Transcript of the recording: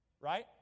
Right